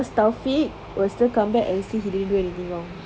because taufik will still come back and say he didn't do anything wrong